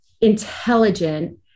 intelligent